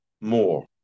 more